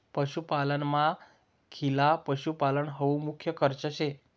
पशुपालनमा खिला पशुपालन हावू मुख्य खर्च शे